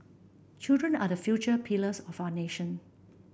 children are the future pillars of our nation